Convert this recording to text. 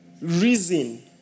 reason